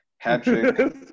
Patrick